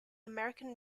american